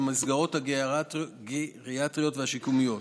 במסגרות הגריאטריות והשיקומיות,